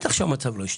ככה בטח שהמצב לא ישתנה.